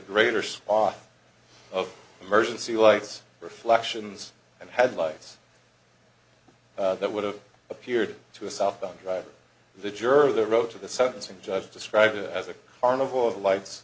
greater spot of emergency lights reflections and headlights that would have appeared to a southbound driver the jurga road to the sentencing judge described it as a carnival of lights